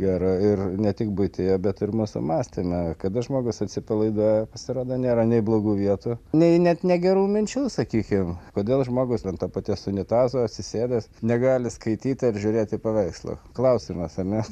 ir ir ne tik buityje bet ir mūsų mąstyme kada žmogus atsipalaiduoja pasirodo nėra nei blogų vietų nei net negerų minčių sakykim kodėl žmogus ant to paties unitazo atsisėdęs negali skaityti ar žiūrėt į paveikslą klausimas ar ne